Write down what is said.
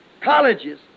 colleges